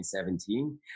2017